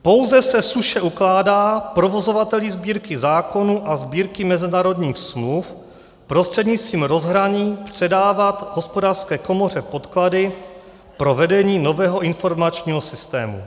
Pouze se suše ukládá provozovateli Sbírky zákonů a Sbírky mezinárodních smluv prostřednictvím rozhraní předávat Hospodářské komoře podklady pro vedení nového informačního systému.